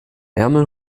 ärmel